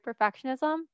perfectionism